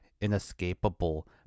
inescapable